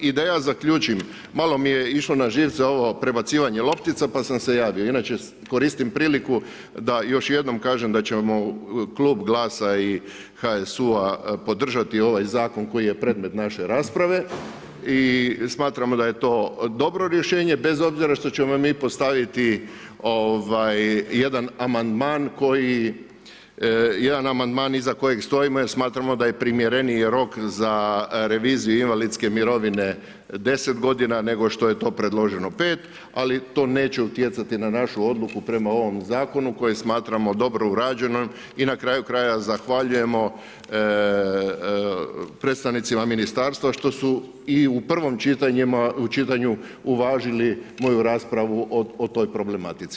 I da ja zaključim, malo mi je išlo na živce ovo prebacivanje loptica pa sam se javio, inače koristim priliku da još jednom kažem da će klub GLAS-a i HSU-a podržati ovaj zakon koji je predmet naše rasprave i smatramo da je to dobro rješenje, bez obzira što ćemo mi postaviti jedan amandman iza kojeg stojimo jer smatramo da je primjereniji rok za reviziju invalidske mirovine 10 godina nego što je to predloženo 5, ali to neće utjecati na našu odluku prema ovom zakonu koji smatramo dobro uređenim i na kraju krajeva zahvaljujemo predstavnicima ministarstva što su i u prvom čitanju uvažili moju raspravu o toj problematici.